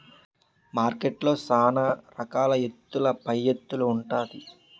మార్కెట్లో సాన రకాల ఎత్తుల పైఎత్తులు ఉంటాది